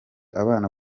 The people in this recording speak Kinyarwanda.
abana